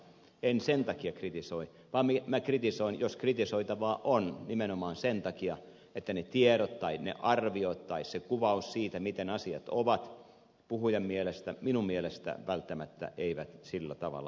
en sen takia kritisoi vaan minä kritisoin jos kritisoitavaa on nimenomaan sen takia että ne tiedot tai ne arviot tai se kuvaus siitä miten asiat ovat puhujan mielestä minun mielestäni välttämättä eivät sillä tavalla olekaan